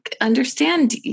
understand